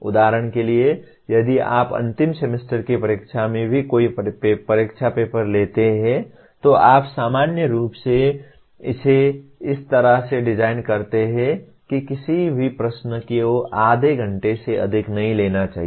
उदाहरण के लिए यदि आप अंतिम सेमेस्टर की परीक्षा में भी कोई परीक्षा पेपर लेते हैं तो आप सामान्य रूप से इसे इस तरह से डिज़ाइन करते हैं कि किसी भी प्रश्न को आधे घंटे से अधिक नहीं लेना चाहिए